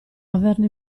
averne